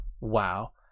wow